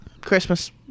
christmas